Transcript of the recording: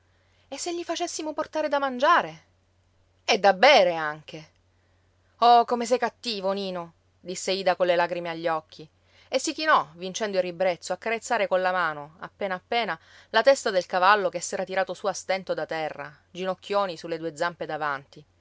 e se gli facessimo portare da mangiare e da bere anche oh come sei cattivo nino disse ida con le lagrime agli occhi e si chinò vincendo il ribrezzo a carezzare con la mano appena appena la testa del cavallo che s'era tirato su a stento da terra ginocchioni su le due zampe davanti